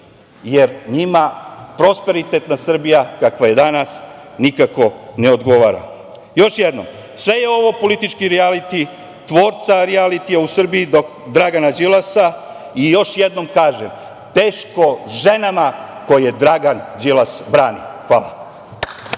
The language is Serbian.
jer njima prosperitetna Srbija, kakva je danas, nikako ne odgovara. Još jednom, sve je ovo politički rijaliti tvorca rijalitija u Srbiji Dragana Đilasa i, još jednom kažem, teško ženama koje Dragan Đilas brani. Hvala.